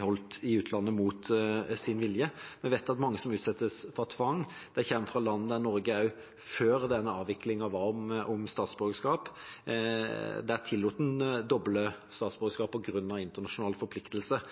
holdt i utlandet mot sin vilje. Vi vet at mange som utsettes for tvang, kommer fra land der Norge også før denne avviklingen når det gjelder statsborgerskap, tillot doble statsborgerskap på grunn av internasjonale forpliktelser.